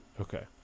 Okay